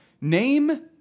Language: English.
Name